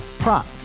Prop